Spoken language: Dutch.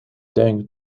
denk